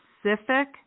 Specific